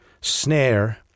snare